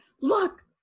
look